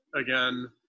again